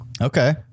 Okay